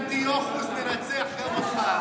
ונגד היצורים, תודה רבה.